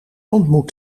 ontmoet